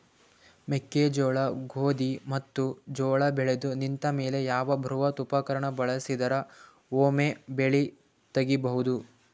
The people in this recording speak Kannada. ಮೆಕ್ಕೆಜೋಳ, ಗೋಧಿ ಮತ್ತು ಜೋಳ ಬೆಳೆದು ನಿಂತ ಮೇಲೆ ಯಾವ ಬೃಹತ್ ಉಪಕರಣ ಬಳಸಿದರ ವೊಮೆ ಬೆಳಿ ತಗಿಬಹುದು?